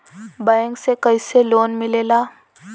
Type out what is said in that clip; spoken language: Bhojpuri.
बैंक से कइसे लोन मिलेला?